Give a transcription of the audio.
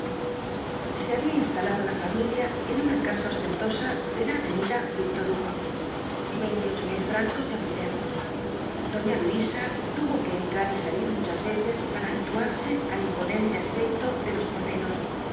se había instalado la familia en una casa ostentosa de la avenida víctor hugo veintiocho mil francos de alquiler doña luisa tuvo que entrar y salir muchas veces para habituarse al imponente aspecto de los porteros